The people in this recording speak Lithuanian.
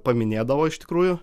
paminėdavo iš tikrųjų